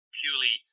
purely